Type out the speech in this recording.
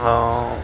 ऐं